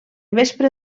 vespre